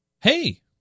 Hey